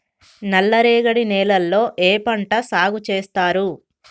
నల్లరేగడి నేలల్లో ఏ పంట సాగు చేస్తారు?